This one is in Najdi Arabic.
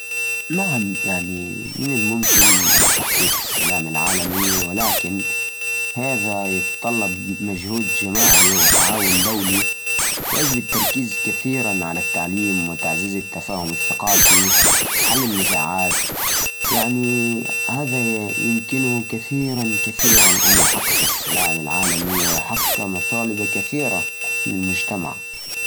أيوة، ممكن تحقيق السلام العالمي، بس يحتاج جهد وتعاون كبير. نشر ثقافة السلام وتعليم الناس عن حقوقهم مهم جداً. وكمان تعزيز الحوار بين الثقافات والشعوب يساعد في حل الخلافات. تقوية المنظمات الدولية اللي تشتغل على حفظ السلام مهمة. والتأكد من حقوق الجميع ومساواتهم يقلل من التوترات.